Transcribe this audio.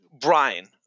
Brian